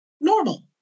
normal